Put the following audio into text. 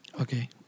Okay